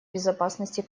безопасности